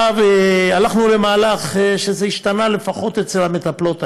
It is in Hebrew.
הלכנו למהלך, וזה השתנה לפחות אצל המטפלות האלה.